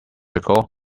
ago